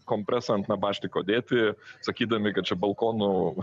kompresą ant nabašninko dėti sakydami kad čia balkonų